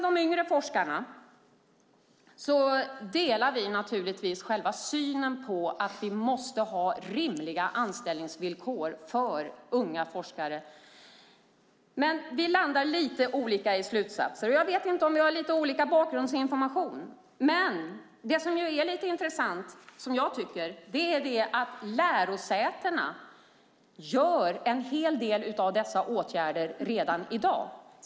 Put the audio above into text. Vi delar naturligtvis uppfattningen att vi måste ha rimliga anställningsvillkor för unga forskare, men vi landar i lite olika slutsatser. Jag vet inte om vi har olika bakgrundsinformation, men det som jag tycker är lite intressant är att lärosätena vidtar en hel del av dessa åtgärder redan i dag.